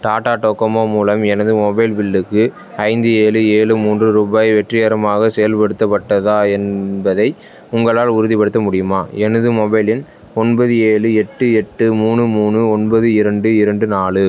Tata Docomo மூலம் எனது mobile பில்லுக்கு ஐந்து ஏழு ஏழு மூன்று ரூபாய் வெற்றிகரமாக செயல்படுத்தப்பட்டதா என்பதை உங்களால் உறுதிப்படுத்த முடியுமா எனது மொபைல் எண் ஒன்பது ஏழு எட்டு எட்டு மூணு மூணு ஒன்பது இரண்டு இரண்டு நாலு